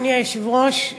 אדוני היושב-ראש,